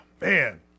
man